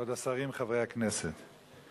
כבוד השרים, חברי הכנסת,